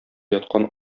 яткан